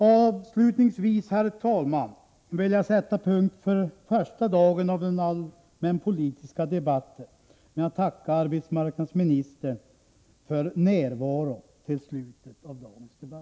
Avslutningsvis vill jag, herr talman, sätta punkt för den allmänpolitiska debattens första dag med att tacka arbetsmarknadsministern för närvaro till slutet av dagens debatt.